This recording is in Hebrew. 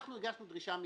אנחנו הגשנו דרישה מידית,